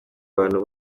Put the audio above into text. bantu